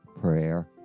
prayer